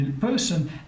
person